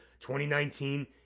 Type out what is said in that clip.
2019